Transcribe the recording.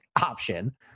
option